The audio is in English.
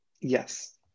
yes